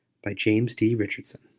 by james d. richardson